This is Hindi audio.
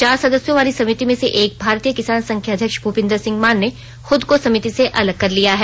चार सदस्यों वाली समिति में से एक भारतीय किसान संघ के अध्यक्ष भूपिंदर सिंह मान ने खुद को समिति से अलग कर लिया है